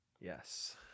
Yes